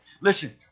Listen